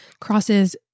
crosses